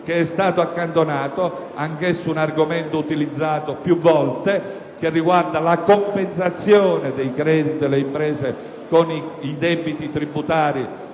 che è stato accantonato. Anch'esso contiene un argomento utilizzato più volte che riguarda la compensazione dei crediti delle imprese con i debiti tributari